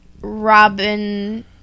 robin